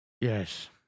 Yes